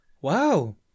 wow